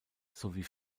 sowie